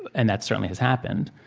and that certainly has happened.